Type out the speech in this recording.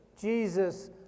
Jesus